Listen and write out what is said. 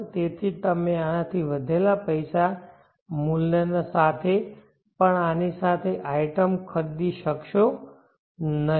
તેથી તમે આનાથી વધેલા પૈસાના મૂલ્ય સાથે પણ આની સાથે આઇટમ ખરીદી શકશો નહીં